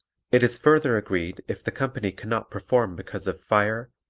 it is further agreed if the company cannot perform because of fire,